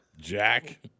Jack